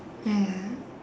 ya ya